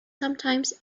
sometimes